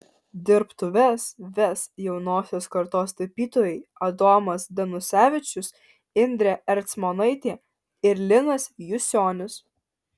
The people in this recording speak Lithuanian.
dirbtuves ves jaunosios kartos tapytojai adomas danusevičius indrė ercmonaitė ir linas jusionis